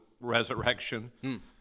resurrection